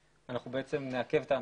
אנחנו נעכב את האנשים.